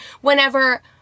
whenever